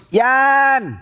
yan